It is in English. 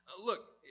Look